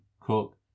cook